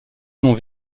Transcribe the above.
noms